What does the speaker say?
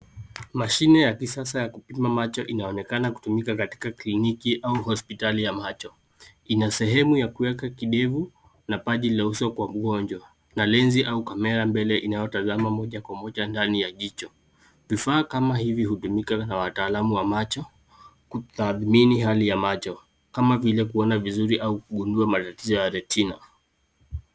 Mashine ya kisasa ya kupima macho inaonekana kutumika katika kliniki au hospitali ya macho. Ina sehemu ya kuweka kidevu na paji la uso kwa mgonjwa na lensi au kamera mbele inayotazama moja kwa moja ndani ya jicho. Vifaa kama hivi hutumika na wataalamu wa macho kutathmini hali ya macho kama vile kuona vizuri au kugundua matatizo ya retina.